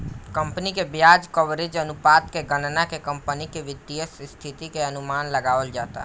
company के ब्याज coverage अनुपात के गणना के कंपनी के वित्तीय स्थिति के अनुमान लगावल जाता